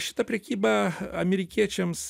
šita prekyba amerikiečiams